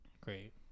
great